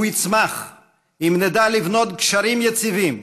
הוא יצמח אם נדע לבנות גשרים יציבים,